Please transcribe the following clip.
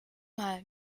mal